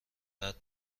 بعد